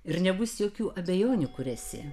ir nebus jokių abejonių kur esi